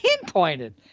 pinpointed